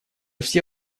все